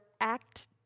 act